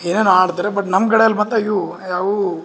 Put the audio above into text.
ಏನೇನೋ ಆಡ್ತಾರೆ ಬಟ್ ನಮ್ಮ ಕಡೇಲಿ ಬಂದ ಇವು ಯಾವುವು